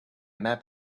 map